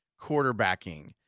quarterbacking